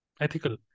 ethical